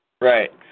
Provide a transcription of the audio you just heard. Right